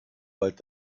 bald